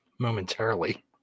Momentarily